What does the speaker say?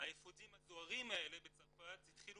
האפודים הזוהרים האלה בצרפת התחילו